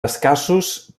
escassos